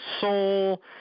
soul